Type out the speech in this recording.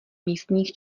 místních